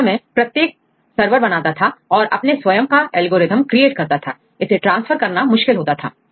उस समय प्रत्येक सरवर बनाता था और अपने स्वयं का एल्गोरिथ्म क्रिएट करता थाइसे ट्रांसफर करना मुश्किल होता था